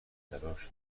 تراشم